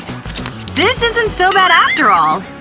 this isn't so bad after all!